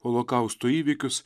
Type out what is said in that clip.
holokausto įvykius